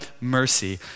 mercy